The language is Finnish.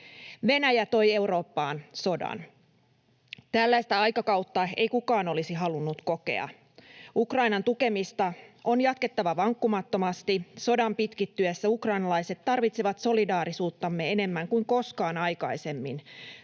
Venäjä toi Eurooppaan sodan. Tällaista aikakautta ei kukaan olisi halunnut kokea. Ukrainan tukemista on jatkettava vankkumattomasti. Sodan pitkittyessä ukrainalaiset tarvitsevat solidaarisuuttamme enemmän kuin koskaan aikaisemmin.